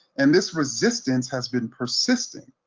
and this resistance has been persisting,